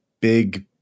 big